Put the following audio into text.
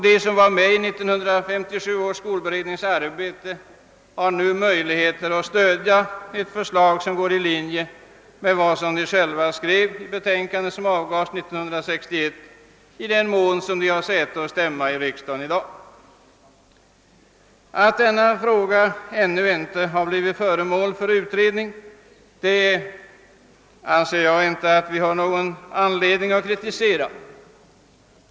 De som var med i 1957 års skolberednings arbete har nu möjligheter att stödja ett förslag som går i linje med vad de själva skrev i det betänkande som avgavs år 1961, i den mån de har säte och stämma i riksdagen i dag. Att denna fråga ännu inte har blivit föremål för utredning anser jag inte att vi har någon anledning att kritisera.